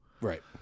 Right